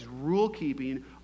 rule-keeping